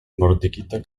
mortigita